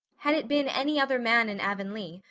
had it been any other man in avonlea,